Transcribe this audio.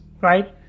right